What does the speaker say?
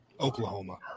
Oklahoma